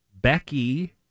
Becky